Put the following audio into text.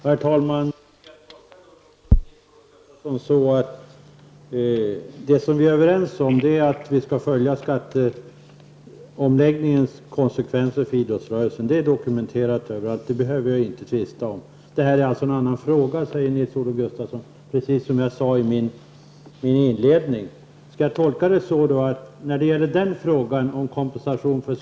Herr talman! Jag tolkar då Nils-Olof Gustafsson så att det som vi är överens om är att vi skall följa skatteomläggningens konsekvenser för idrottsrörelsen. Det är dokumenterat överallt, så det behöver vi inte tvista om. Kompensation för socialförsäkringsavgifter som föreningarna skall betala är en annan fråga, säger Nils-Olof Gustafsson, precis som jag sade i min inledning.